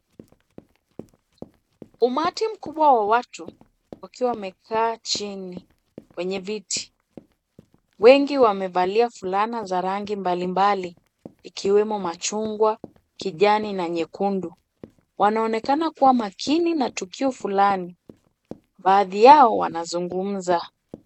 Umati mkubwa wa watu ukiwa umekaa chini kwenye viti. Wengi wamevalia fulana za rangi mbalimbali ikiwemo machungwa, kijani na nyekundu. Wanaonekana kuwa makini kwa tukio fulani. Baadhi yao wanazungumza.